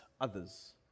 others